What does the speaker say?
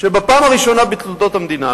שבפעם הראשונה בתולדות המדינה,